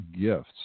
gifts